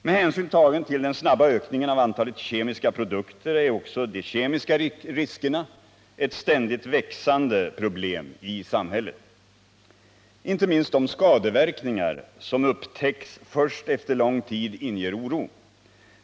Med hänsyn tagen till den snabba ökningen av antalet kemiska produkter är också de kemiska riskerna ett ständigt växande problem i samhället. Inte minst de skadeverkningar som upptäcks först efter lång tid inger oro.